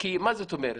כי מה זאת אומרת?